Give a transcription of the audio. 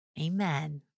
Amen